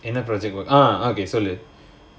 in a project work ah okay solid